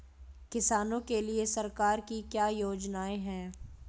किसानों के लिए सरकार की क्या योजनाएं हैं?